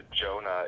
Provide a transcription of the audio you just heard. jonah